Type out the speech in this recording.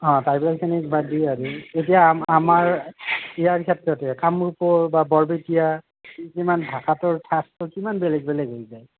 অঁ কাৰ্বিখিনিক বাদ দি আৰু এতিয়া আমাৰ ইয়াৰ ক্ষেত্ৰতে কামৰূপৰ বা বৰপেটীয়া কিছুমান ভাষাটোৰ ঠাচটো কিমান বেলেগ বেলেগ হৈ যায়